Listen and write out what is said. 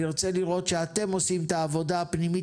נרצה לראות שאתם עושים את העבודה הפנימית